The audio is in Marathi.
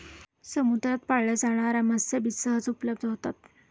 समुद्रात पाळल्या जाणार्या मत्स्यबीज सहज उपलब्ध होतात